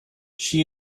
she